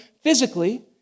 physically